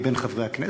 בין חברי הכנסת,